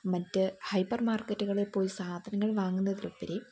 മറ്റ് ഹൈപ്പർ മാർക്കറ്റുകളിൽ പോയി സാധനങ്ങൾ വാങ്ങുന്നതിലുപരി